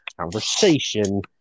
conversation